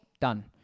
done